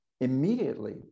immediately